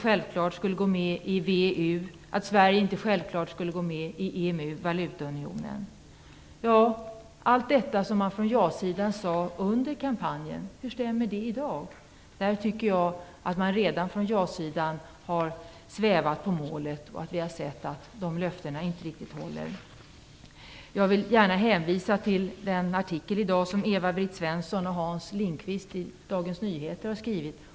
Jag tänker på uppgiften att Sverige inte självklart skulle gå med i VEU eller Allt det som sades från ja-sidan under kampanjen - hur stämmer det i dag? Jag tycker att man från jasidan redan har börjat sväva på målet. Vi har kunnat se att löftena inte riktigt hålls. Jag vill där gärna hänvisa till en artikel av Eva-Britt Svensson och Hans Lindqvist i dagens nummer av Dagens Nyheter.